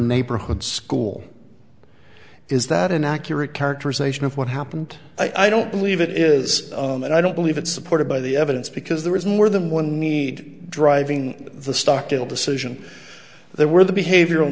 neighborhood school is that an accurate characterization of what happened i don't believe it is and i don't believe it's supported by the evidence because there is more than one need driving the stockdale decision there were the behavioral